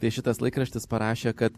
tai šitas laikraštis parašė kad